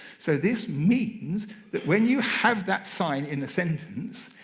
so this means that when you have that sign in a sentence,